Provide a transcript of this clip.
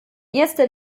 erster